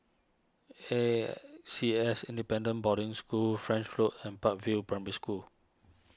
A C S Independent Boarding School French Road and Park View Primary School